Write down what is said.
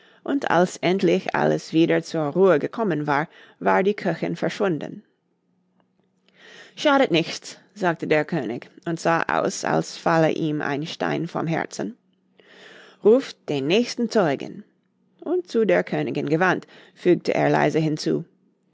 und als endlich alles wieder zur ruhe gekommen war war die köchin verschwunden schadet nichts sagte der könig und sah aus als falle ihm ein stein vom herzen ruft den nächsten zeugen und zu der königin gewandt fügte er leise hinzu